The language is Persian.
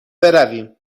برویم